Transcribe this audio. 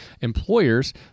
employers